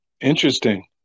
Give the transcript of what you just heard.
Interesting